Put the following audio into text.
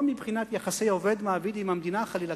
לא מבחינת יחסי עובד-מעביד עם המדינה חלילה,